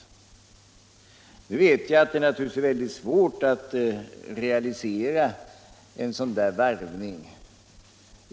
Jag vet att det är svårt att realisera en sådan varvning.